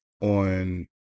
on